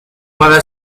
para